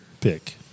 pick